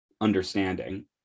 understanding